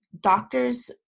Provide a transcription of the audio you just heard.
doctors